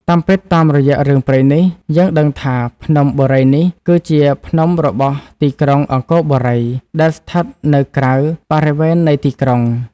តាមពិតតាមរយៈ រឿងព្រេងនេះ យើងដឹងថា ភ្នំបុរីនេះគឺជា ភ្នំរបស់ទីក្រុងអង្គរបូរី ដែលស្ថិតនៅក្រៅ បរិវេណនៃទីក្រុង។